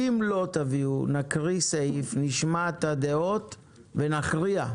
אם לא תביאו נקריא סעיף, נשמע את הדעות ונכריע.